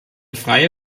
freie